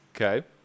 Okay